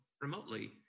remotely